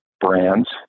brands